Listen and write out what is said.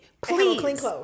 Please